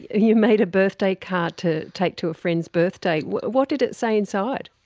you made a birthday card to take to a friend's birthday. what what did it say inside?